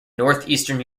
northeastern